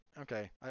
okay